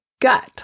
gut